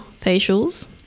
facials